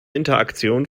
interaktion